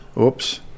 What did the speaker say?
oops